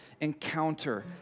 encounter